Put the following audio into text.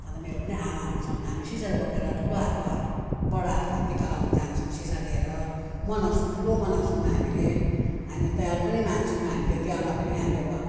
अन्त मेरो पनि आमाहरू छन् हामी सिसार बोकेर ठुलो हातको हाफ बडाहरूको टिका लगाउनु जान्छौँ सिसार लिएर मनाउँछौँ ठुलो मनाउँछौँ हामीले होइन तिहार पनि मान्छौँ हामीले तिहारमा पनि हामीले भ